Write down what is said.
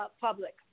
public